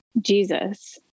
Jesus